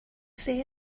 say